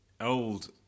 old